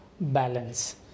balance